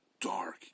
dark